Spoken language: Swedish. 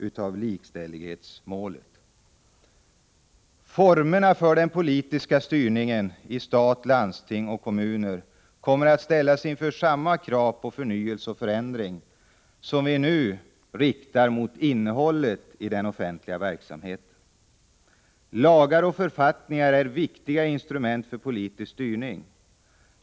När det gäller formerna för den politiska styrningen i stat, landsting och kommuner kommer samma krav att ställas på förnyelse och förändring som de vi nu riktar mot innehållet i den offentliga verksamheten. Lagar och författningar är viktiga instrument för politisk styrning.